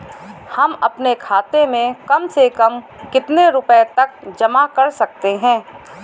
हम अपने खाते में कम से कम कितने रुपये तक जमा कर सकते हैं?